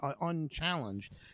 unchallenged